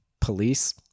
police